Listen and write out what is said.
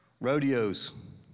Rodeos